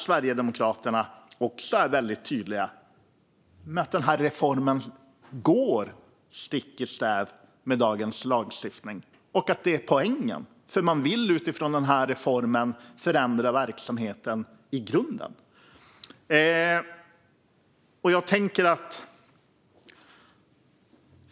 Sverigedemokraterna är tydliga med att reformen går stick i stäv med dagens lagstiftning och att det är poängen. De vill utifrån den reformen förändra verksamheten i grunden.